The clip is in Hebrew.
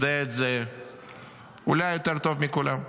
יודע את זה אולי יותר טוב מכולם,